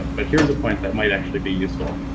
but here's a point that might actually be useful,